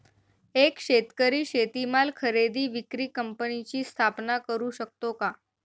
एक शेतकरी शेतीमाल खरेदी विक्री कंपनीची स्थापना करु शकतो का?